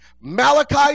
Malachi